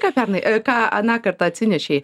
ką pernai ką aną kartą atsinešei